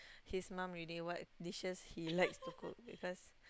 his mum already what dishes he like to cook because